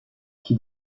qui